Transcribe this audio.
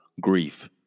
grief